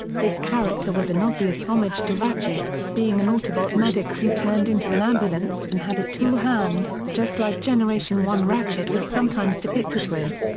this character was an obvious homage to ratchet, being an autobot medic who turned into an ambulance and had a tool hand, just like generation one ratchet was sometimes depicted with.